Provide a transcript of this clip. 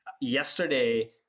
yesterday